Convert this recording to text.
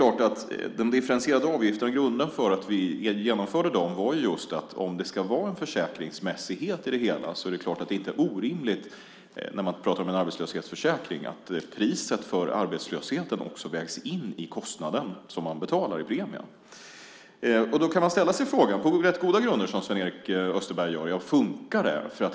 Grunden för att vi genomförde differentierad avgift var just att om det ska vara en försäkringsmässighet i det hela är det självklart inte orimligt att när man pratar om en arbetslöshetsförsäkring också väga in priset för arbetslösheten i det man betalar i premie. På rätt goda grunder kan man som Sven-Erik Österberg gör ställa sig frågan om det fungerar.